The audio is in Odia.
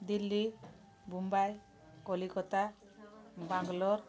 ଦିଲ୍ଲୀ ମୁମ୍ବାଇ କଲିକତା ବାଙ୍ଗାଲୋର